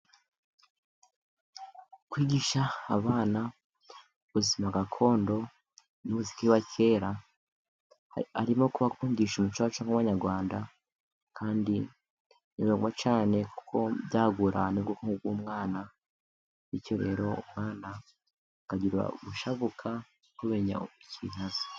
Kwigisha abana ubuzima gakondo n'umuziki wa kera, harimo kubakundisha umuco wacu nk'abanyarwanda, kandi ni ngombwa cyane kuko byagura ubwonko bw'umwana, bityo rero umwana akagira gushabuka, no kumenya ko hari ikintu azi.